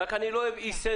רק אני לא אוהב אי-סדר.